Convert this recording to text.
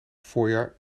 voorjaar